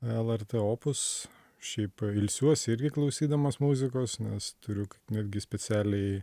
lrt opus šiaip ilsiuosi irgi klausydamas muzikos nes turiu netgi specialiai